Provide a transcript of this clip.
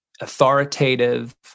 authoritative